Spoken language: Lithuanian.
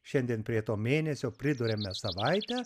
šiandien prie to mėnesio priduriame savaitę